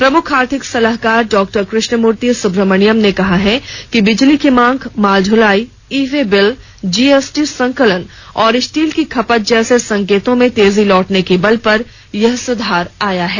प्रमुख आर्थिक सलाहकार डॉक्टर कृष्णमूर्ति सुब्रह्मण्यन ने कहा कि बिजली की मांग माल ढुलाई e way bill G S T संकलन और स्टील की खपत जैसे संकेतों में तेजी लौटने के बल पर यह सुधार आया है